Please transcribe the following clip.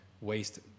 waste